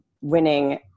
winning –